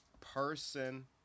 person